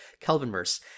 Kelvinverse